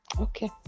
Okay